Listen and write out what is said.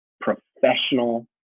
professional